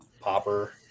popper